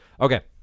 Okay